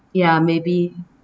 ya maybe